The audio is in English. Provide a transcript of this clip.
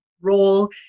role